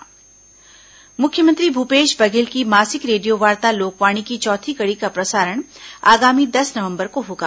लोकवाणी मुख्यमंत्री भूपेश बघेल की मासिक रेडियोवार्ता लोकवाणी की चौथी कड़ी का प्रसारण आगामी दस नवम्बर को होगा